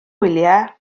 wyliau